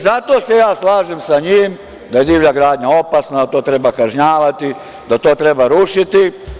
Zato se ja slažem sa njim da je divlja gradnja opasna, da to treba kažnjavati, da to treba rušiti.